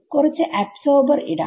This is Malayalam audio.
കുറച്ചു അബ്സോർബർ ഇടാം